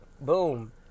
boom